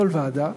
כל ועדה,